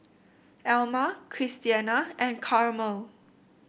Alma Christiana and Carmel